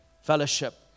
Fellowship